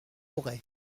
auray